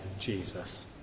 Jesus